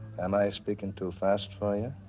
am i speaking too fast for you?